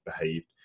behaved